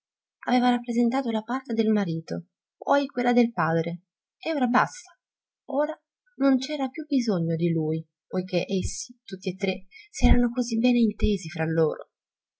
aveva rappresentato la parte del marito poi quella del padre e ora basta ora non c'era più bisogno di lui poiché essi tutti e tre si erano così bene intesi fra loro